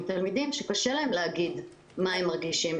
תלמידים שקשה להם להגיד מה הם מרגישים.